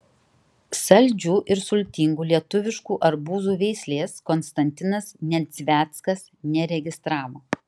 saldžių ir sultingų lietuviškų arbūzų veislės konstantinas nedzveckas neregistravo